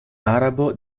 arabo